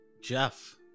Jeff